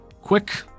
Quick